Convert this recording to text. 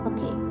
Okay